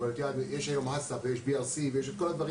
אבל יש היום --- ויש BRC ויש את כל הדברים